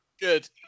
Good